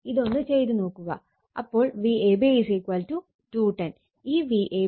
ഇതൊന്ന് ചെയ്ത് നോക്കുക